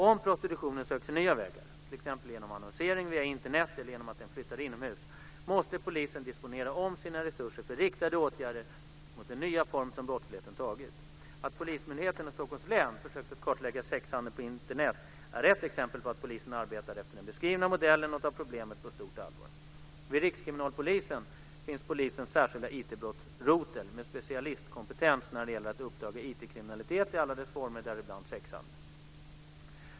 Om prostitutionen söker sig nya vägar, t.ex. genom annonsering via Internet eller genom att den flyttar inomhus, måste polisen disponera om sina resurser för riktade åtgärder mot den nya form som brottsligheten tagit. Att polismyndigheten i Stockholms län försökt att kartlägga sexhandeln på Internet är ett exempel på att polisen arbetar efter den beskrivna modellen och tar problemet på stort allvar. Vid Rikskriminalpolisen, RKP, finns polisens särskilda IT-brottsrotel med specialistkompetens när det gäller att uppdaga IT-kriminalitet i alla dess former, däribland sexhandel.